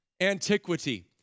antiquity